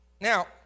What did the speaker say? Now